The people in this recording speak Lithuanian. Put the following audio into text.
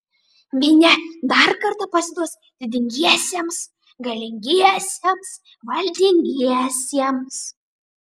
minia dar kartą pasiduos didingiesiems galingiesiems valdingiesiems